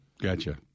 Gotcha